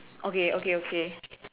okay okay okay